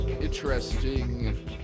interesting